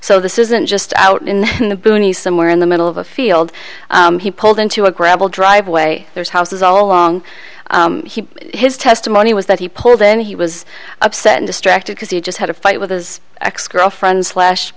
so this isn't just out in the boonies somewhere in the middle of a field he pulled into a gravel driveway there's houses all along his testimony was that he pulled in he was upset and distracted because he just had a fight with his ex girlfriend slash